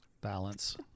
balance